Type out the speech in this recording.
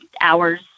hours